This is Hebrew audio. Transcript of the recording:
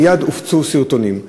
מייד הופצו סרטונים.